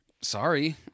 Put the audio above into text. Sorry